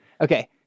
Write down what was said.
Okay